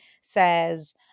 says